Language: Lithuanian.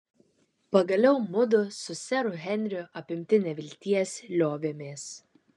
pagaliau mudu su seru henriu apimti nevilties liovėmės